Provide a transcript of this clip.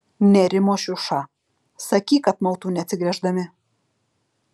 nerimo šiuša sakyk kad mautų neatsigręždami